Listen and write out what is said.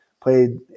played